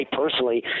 personally